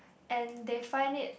and they find it